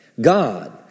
God